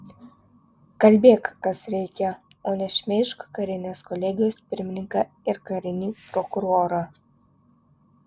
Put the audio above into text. kalbėk kas reikia o ne šmeižk karinės kolegijos pirmininką ir karinį prokurorą